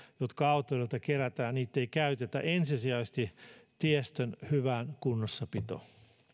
jotka autoilijoilta kerätään ei käytetä ensisijaisesti tiestön hyvään kunnossapitoon